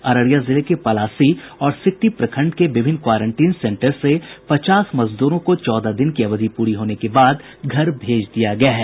अररिया जिले के पलासी और सिकटी प्रखंड के विभिन्न क्वारंटीन सेंटर से पचास मजदूरों को चौदह दिन की अवधि पूरी होने के बाद घर भेज दिया गया है